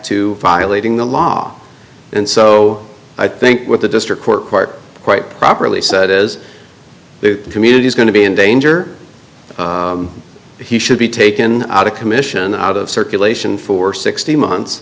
to violating the law and so i think what the district court quite properly set is the community is going to be in danger he should be taken out of commission out of circulation for sixty months